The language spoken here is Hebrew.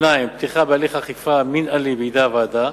2. פתיחה בהליך אכיפה מינהלי בידי הוועדה,